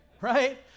Right